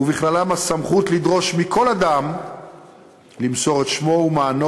ובכללן הסמכות לדרוש מכל אדם למסור את שמו ומענו